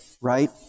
right